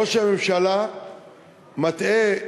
ראש הממשלה מטעה,